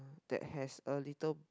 that has a little